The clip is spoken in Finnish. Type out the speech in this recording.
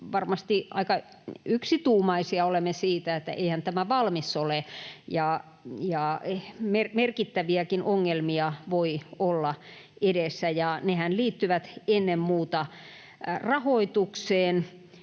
varmasti aika yksituumaisia olemme siitä, että eihän tämä valmis ole ja merkittäviäkin ongelmia voi olla edessä. Nehän liittyvät ennen muuta rahoitukseen.